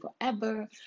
forever